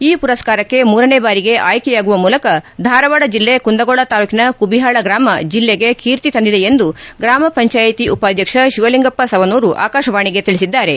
ಈ ಪುರಸ್ಕಾರಕ್ಷೆ ಮೂರನೇ ಬಾರಿಗೆ ಆಯ್ಕೆಯಾಗುವ ಮೂಲಕ ಧಾರವಾಡ ಜಲ್ಲೆ ಕುಂದಗೋಳ ತಾಲೂಕಿನ ಕುಬಿಹಾಳ ಗ್ರಾಮ ಜಲ್ಲಿಗೆ ಕೀರ್ತಿ ತಂದಿದೆ ಎಂದು ಗ್ರಾಮ ಪಂಚಾಯತಿ ಉಪಾಧ್ಯಕ್ಷ ತಿವಲಿಂಗಪ್ಪ ಸವನೂರು ಅಕಾಶವಾಣಿಗೆ ತಿಳಿಸಿದ್ದಾರೆ